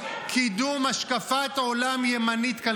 הוא ענה על זה קודם